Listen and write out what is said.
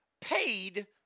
paid